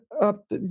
up